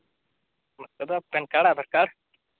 PAN card Aadhaar card